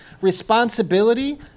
Responsibility